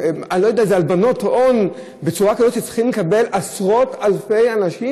הלבנות הון בצורה כזאת שצריכים לקבל עשרות-אלפי אנשים